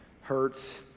hurts